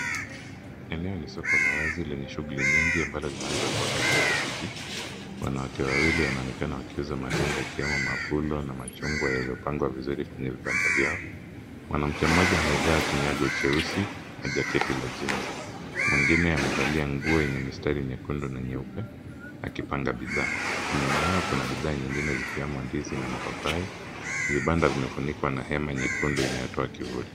Eneo ni soko la wazi lenye shughuli nyingi, ambalo linaweza kuwa katika jijini. Wanawake wawili wanaonekana wakiuza matunda ikiwemo mapundo na machungwa yaliyopangwa vizuri kwenye vibanda vyao. Mwanamke mmoja amevaa kinyago cheusi na jaketi la jinsi, mwingine amevalia nguo yenye mistari nyekundu na nyeupe akipanga bidhaa. Nyuma yao kuna bidhaa nyingine zikiwemo ndizi na mapapai. Vibanda vimefunikwa na hema nyekundu linayotoa kivuli.